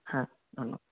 হ্যাঁ ধন্যবাদ